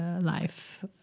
life